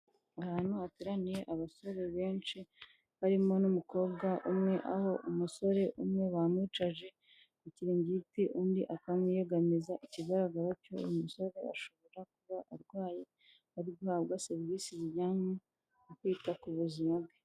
Ahantu hateraniye abasore benshi barimo n'umukobwa umwe aho umusore umwe bamwicaje ikiringiti undi akamwiyegamiza ikigaragara cyo uyu musore ashobora kuba arwaye ari guhabwa serivisi zijyanye no kwita ku buzima bwe.